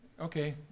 Okay